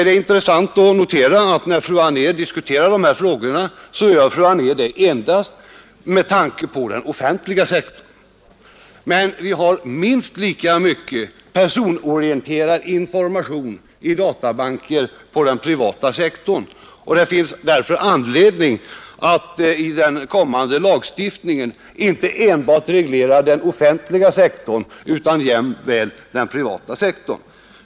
Det är intressant att notera att fru Anér, när hon diskuterar dessa hagor. gör det endast med tanke pa den offentliga sektorn. Men vi har nunst bhka personorienterad information i databanker på den privata sekien, och det finns därför anledning att i den kommande lagstiftnmngen inte enbart reglera den offentliga sektorn utan jämväl den privata.